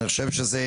אני חושב שזה